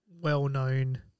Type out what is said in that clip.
well-known